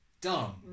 dumb